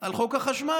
על חוק החשמל.